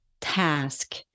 task